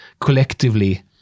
collectively